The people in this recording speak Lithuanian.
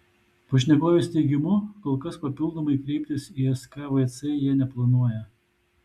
pašnekovės teigimu kol kas papildomai kreiptis į skvc jie neplanuoja